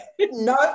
no